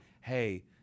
Hey